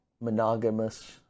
monogamous